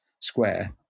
square